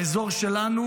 באזור שלנו,